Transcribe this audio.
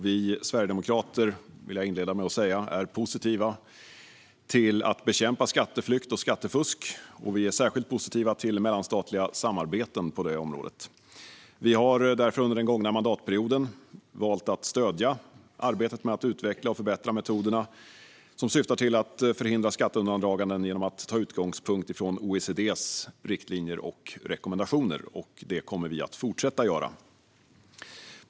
Vi sverigedemokrater, vill jag inleda med att säga, är positiva till att bekämpa skatteflykt och skattefusk och särskilt positiva till mellanstatliga samarbeten på det området. Vi har därför under den gångna mandatperioden valt att stödja arbetet med att utveckla och förbättra metoderna som syftar till att förhindra skatteundandraganden genom att ta OECD:s riktlinjer och rekommendationer som utgångspunkt, och det kommer vi att fortsätta göra.